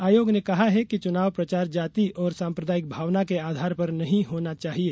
आयोग ने कहा है कि चुनाव प्रचार जाति और सांप्रदायिक भावना के आधार पर नहीं होना चाहिए